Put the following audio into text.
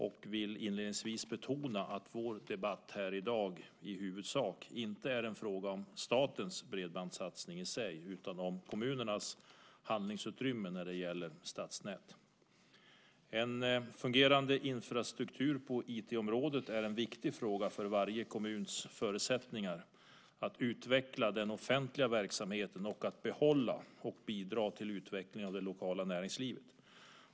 Jag vill inledningsvis betona att vår debatt här i dag i huvudsak inte är en fråga om statens bredbandssatsning i sig utan om kommunernas handlingsutrymme när det gäller stadsnät. En fungerande infrastruktur på IT-området är en viktig fråga för varje kommuns förutsättningar att utveckla den offentliga verksamheten och att behålla och bidra till utveckling av det lokala näringslivet.